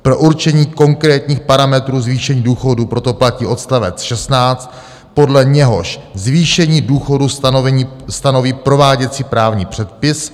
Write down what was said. Pro určení konkrétních parametrů zvýšení důchodů proto platí odst. 16, podle něhož zvýšení důchodů stanoví prováděcí právní předpis.